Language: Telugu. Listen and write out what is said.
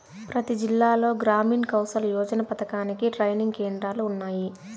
ప్రతి జిల్లాలో గ్రామీణ్ కౌసల్ యోజన పథకానికి ట్రైనింగ్ కేంద్రాలు ఉన్నాయి